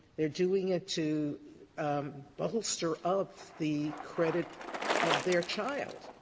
they're doing it to bolster up the credit of their child.